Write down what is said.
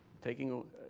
taking